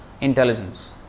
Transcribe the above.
intelligence